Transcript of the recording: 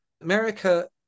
america